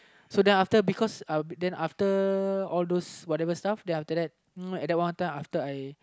so then after because uh then after all those whatever stuff then after that uh at that one time after I